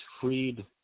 freed